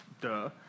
Duh